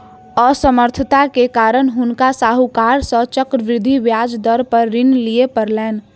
असमर्थता के कारण हुनका साहूकार सॅ चक्रवृद्धि ब्याज दर पर ऋण लिअ पड़लैन